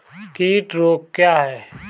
कीट रोग क्या है?